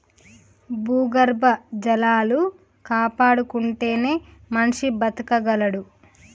భూగర్భ జలాలు కాపాడుకుంటేనే మనిషి బతకగలడు